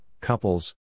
couples